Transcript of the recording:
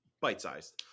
bite-sized